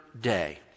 day